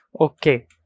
Okay